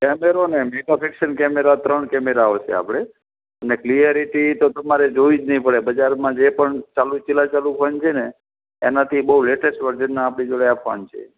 કેમેરોને mega pixel camera ત્રણ camera આવશે આપણે અને ક્લિયરીટી તમારે તો જોવી જ નહીં પડે બજારમાં જે પણ ચાલુ ચીલાચાલું ફોન છે ને એનાથી બહું લેટેસ્ટ વર્ઝનનાં આપણી જોડે આ ફોન છે